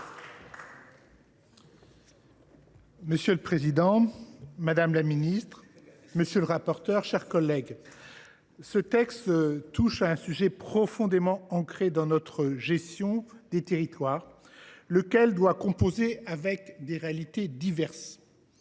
Monsieur le président, madame la ministre, mes chers collègues, ce texte, qui touche à un sujet profondément ancré dans notre gestion des territoires, doit composer avec les réalités diverses